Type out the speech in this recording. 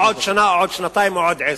או עוד שנה, עוד שנתיים או עוד עשר.